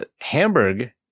Hamburg